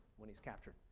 when he's captured.